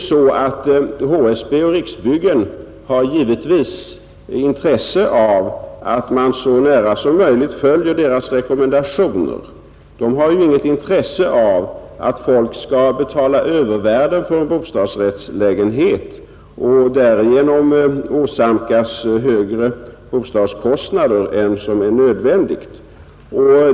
HSB och Riksbyggen vill givetvis att man så nära som möjligt följer deras rekommendationer. Där har man inget intresse av att människor betalar övervärden för en bostadsrättslägenhet och därigenom åsamkas högre bostadskostnader än nödvändigt.